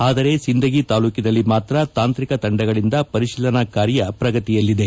ಆದರೆ ಸಿಂದಗಿ ತಾಲೂಕಿನಲ್ಲಿ ಮಾತ್ರ ತಾಂತ್ರಿಕ ತಂಡಗಳಿಂದ ಪರಿಶೀಲನಾ ಕಾರ್ಯ ಪ್ರಗತಿಯಲ್ಲಿದೆ